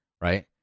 right